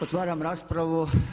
Otvaram raspravu.